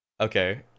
Okay